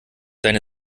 deine